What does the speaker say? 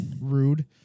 Rude